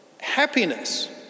happiness